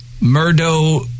Murdo